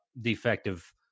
defective